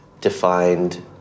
defined